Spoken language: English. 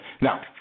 Now